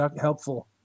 helpful